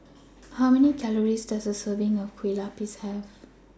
How Many Calories Does A Serving of Kue Lupis Have